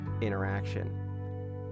interaction